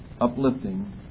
uplifting